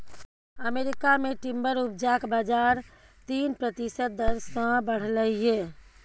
America मे timber उपजाक बजार तीन प्रतिशत दर सँ बढ़लै यै